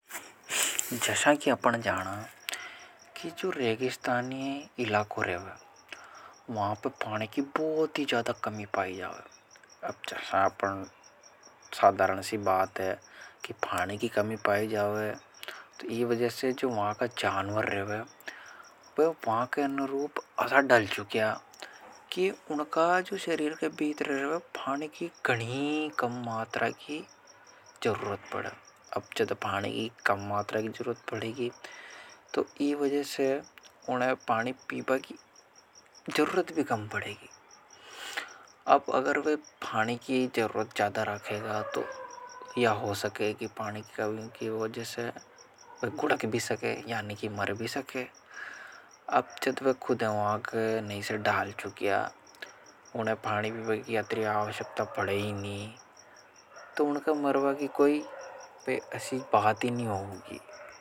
जैसा कि अपने जाना है कि जो रेगिस्तानी इलाकों रेवे वहाँ पर पानीे की बहुत ही ज़्यादा कमी पाई जावे। अब जैसा अपने साधरन सी बात है कि पानी की कमी पाई जावे तो यह वज़े से जो। वहाँ का जानवर रेवे। वहां के अनुरूप असा डाल चुकिया कि उनका जो शरीर के भीतरे रहे वह पानी की कणी कम मातरा की जरूरत पड़े। अब जद पानी की कम मातरा की जरूरत पड़ेगी तो इस वज़े। से उन्हें पानी पीपा की जरूरत भी कम पड़ेगी। अब अगर वह पानी की जरूरत ज्यादा रखेगा तो यह हो सके कि पानी की कभी की। वह जैसे वह गुड़क भी सके यानि कि मर भी सके। अब जब वह खुदें वाग नहीं से डाल चुकिया उन्हें पानी भी बगी अतरी आवश्यकता पड़े ही नहीं तो उनका मरवा की कोई पर असी बात ही नहीं होगी।